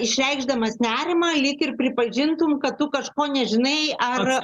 išreikšdamas nerimą lyg ir pripažintum kad kažko nežinai ar